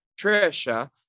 Trisha